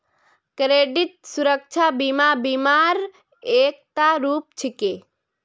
credit सुरक्षा बीमा बीमा र एकता रूप छिके